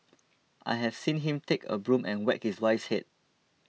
I have seen him take a broom and whack his wife's head